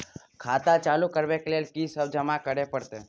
खाता चालू करबै लेल की सब जमा करै परतै?